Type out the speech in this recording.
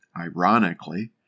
ironically